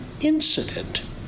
incident